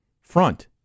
front